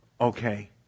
Okay